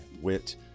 wit